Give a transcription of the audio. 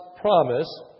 promise